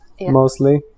mostly